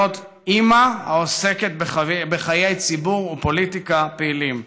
אימא העוסקת בחיי ציבור ופוליטיקה פעילים.